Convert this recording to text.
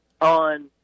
on